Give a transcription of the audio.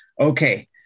okay